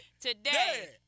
today